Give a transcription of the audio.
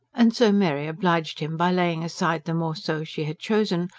and so mary obliged him by laying aside the morceau she had chosen,